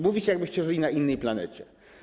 Mówicie, jakbyście żyli na innej planecie.